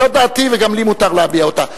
זו דעתי, וגם לי מותר להביע אותה.